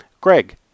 Greg